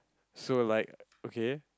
so like okay